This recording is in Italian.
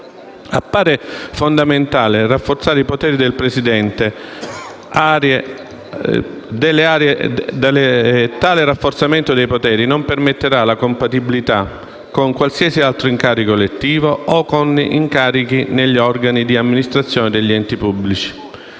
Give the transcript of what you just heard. Appare fondamentale rafforzare i poteri del presidente e tale rafforzamento dei poteri non permetterà la compatibilità con qualsiasi altro incarico elettivo o con incarichi negli organi di amministrazione degli enti pubblici.